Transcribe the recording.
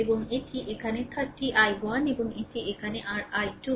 এবং এটি এখানে 30 i1 এবং এখানে এটি r i2